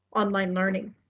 online learning?